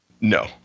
No